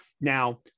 Now